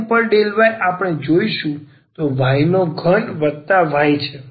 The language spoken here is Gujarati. તેથી del M ઉપર del y આપણે જોઈશું કે y નો ઘન વત્તા y છે